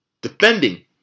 defending